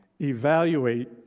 evaluate